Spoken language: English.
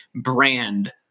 brand